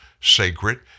sacred